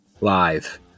live